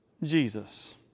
Jesus